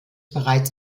bereits